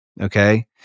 okay